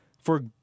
For-